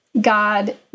God